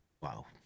Wow